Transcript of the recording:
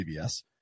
CBS